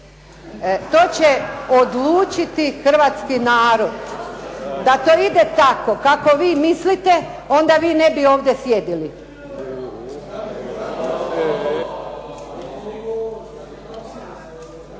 To će odlučiti hrvatski narod. Da to ide tako kako vi mislite, onda vi ne bi ovdje sjedili.